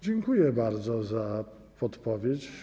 Dziękuję bardzo za podpowiedź.